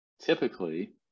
typically